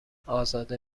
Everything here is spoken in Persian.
ازاده